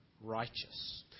righteous